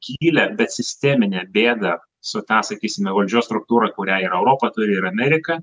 gilią bet sisteminę bėdą su ta sakysime valdžios struktūra kurią ir europa turi ir amerika